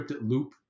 loop